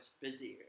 busier